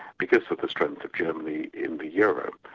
because of the strength of germany in the euro.